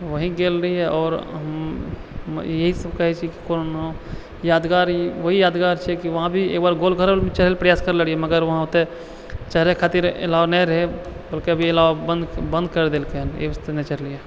वहीँ गेल रहिए आओर हम इएह सब कहै छी कि कोनो नाम यादगार वही यादगार छै वहाँ भी एकबार गोलघर भी चढ़ैके प्रयास करले रहिए मगर वहाँ ओतऽ चढ़ै खातिर अलाउ नहि रहै कहलकै अभी अलाउ बन्द करि देलकै हइ एहि वास्ते नहि चढ़लिए